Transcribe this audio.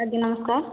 ଆଜ୍ଞା ନମସ୍କାର